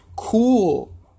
Cool